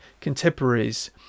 contemporaries